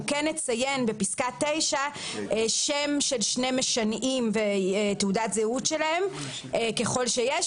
אנחנו נציין בפסקה 9 שם של שני משנעים ותעודת זהות שלהם ככל שיש,